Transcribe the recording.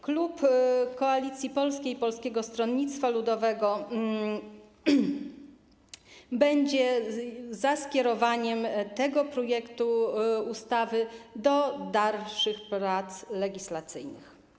Klub Koalicji Polskiej - Polskiego Stronnictwa Ludowego będzie za skierowaniem tego projektu ustawy do dalszych prac legislacyjnych.